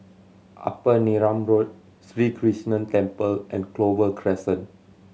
Upper Neram Road Sri Krishnan Temple and Clover Crescent